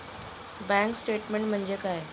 Bank statement म्हणजे काय?